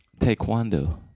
Taekwondo